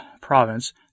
province